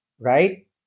right